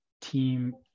team